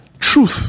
Truth